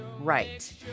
right